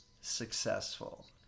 successful